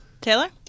Taylor